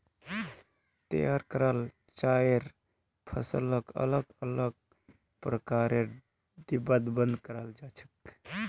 तैयार कराल चाइर फसलक अलग अलग प्रकारेर डिब्बात बंद कराल जा छेक